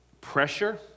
pressure